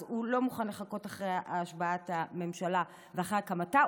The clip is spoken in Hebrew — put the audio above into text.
אז הוא לא מוכן לחכות אחרי השבעת הממשלה ואחרי הקמתה,